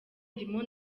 ndimo